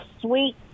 sweet